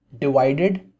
divided